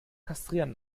kastrieren